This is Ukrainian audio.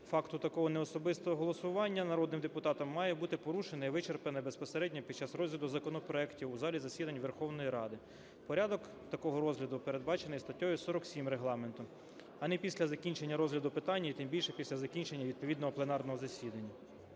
факту такого неособистого голосування народним депутатом має бути порушене і вичерпане безпосередньо під час розгляду законопроектів у залі засідань Верховної Ради. Порядок такого розгляду передбачений статтею 47 Регламенту, а не після закінчення розгляду питання і тим більше після закінчення відповідного пленарного засідання.